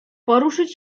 poruszyć